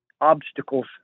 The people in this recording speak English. obstacles